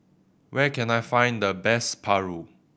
where can I find the best Paru